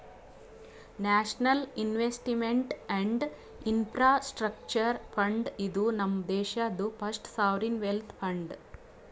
national investment and infrastructure fund, ಇದು ನಮ್ ದೇಶಾದು ಫಸ್ಟ್ ಸಾವರಿನ್ ವೆಲ್ತ್ ಫಂಡ್